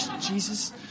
Jesus